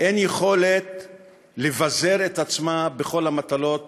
אין יכולת לבזר את עצמה בכל המטלות